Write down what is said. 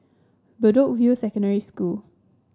Bedok View Secondary School